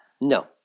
No